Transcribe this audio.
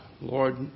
lord